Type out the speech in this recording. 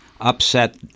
upset